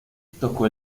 tocó